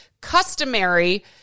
customary